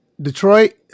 Detroit